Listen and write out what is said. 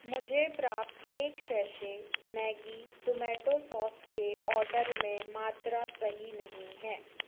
मुझे प्राप्त एक सेशे मैग्गी टोमेटो सॉस के आर्डर में मात्रा सही नहीं है